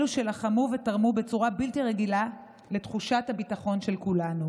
אלו שלחמו ותרמו בצורה בלתי רגילה לתחושת הביטחון של כולנו,